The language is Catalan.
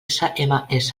sms